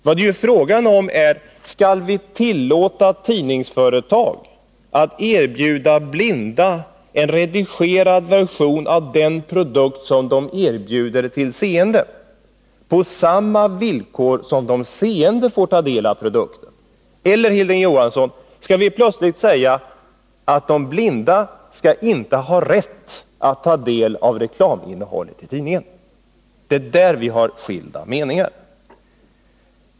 Vad det är fråga om är om vi skall tillåta tidningsföretag att erbjuda blinda en redigerad version av den produkt som de erbjuder till seende, på samma villkor som de seende får ta del av produkten. Eller, Hilding Johansson, skall vi plötsligt säga att de blinda inte skall ha rätt att ta del av reklaminnehållet i tidningen? Det är där vi har skilda meningar.